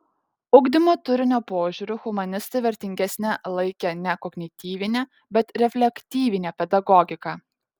ugdymo turinio požiūriu humanistai vertingesne laikė ne kognityvinę bet reflektyviąją pedagogiką